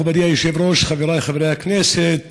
מכובדי היושב-ראש, חברי חברי הכנסת,